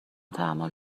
تحمل